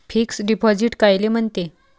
Fix deposit कायले म्हनते?